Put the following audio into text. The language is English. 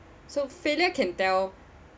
so failure can tell